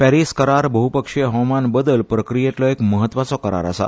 पॅरीस करार भोवपक्षीय हवामान बदल प्रक्रियेंतलो एक म्हत्वाचो करार आसा